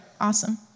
awesome